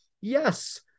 Yes